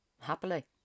happily